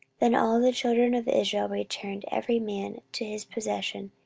then all the children of israel returned, every man to his possession,